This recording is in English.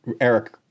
Eric